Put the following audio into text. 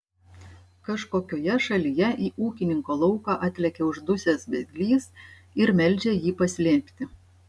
kažkokioje šalyje į ūkininko lauką atlekia uždusęs bėglys ir meldžia jį paslėpti